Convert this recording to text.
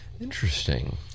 Interesting